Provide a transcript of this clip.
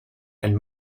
and